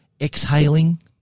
exhaling